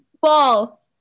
Ball